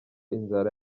inzara